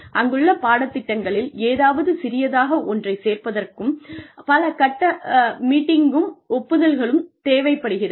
அங்குள்ள பாடத்திட்டங்களில் ஏதாவது சிறியதாக ஒன்றைச் சேர்ப்பதற்கும் பல கட்ட மீட்டிங்கும் ஒப்புதல்களும் தேவைப்படுகிறது